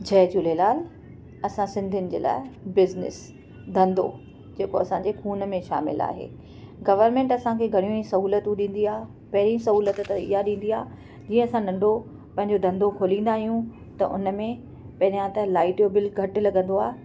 जय झूलेलाल असां सिंधियुनि जे लाइ बिज़नेस धंदो जेको असांजे ख़ूनु में शामिलु आहे गवर्मेंट असांखे घणियूं ई सहुलतियूं ॾींदी आहे पहिरीं सहुलियत त इहा ॾींदी आहे जीअं असां नंढो पंहिंजो धंदो खोलींदा आहियूं त उन में पहिरियों त लाइट जो बिल घटि लॻंदो आहे